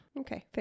Okay